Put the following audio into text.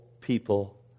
people